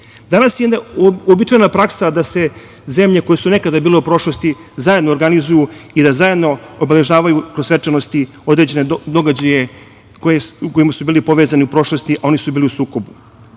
je jedna uobičajena praksa da se zemlje koje su nekada bile u prošlosti zajedno organizuju i da zajedno obeležavaju kroz svečanosti određene događaje u kojima su bili povezani u prošlosti a oni su bili u sukobu.U